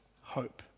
hope